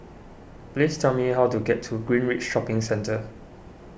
please tell me how to get to Greenridge Shopping Centre